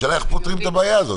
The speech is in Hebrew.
השאלה איך פותרים את הבעיה הזאת.